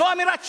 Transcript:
זו אמירת שקר,